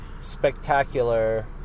spectacular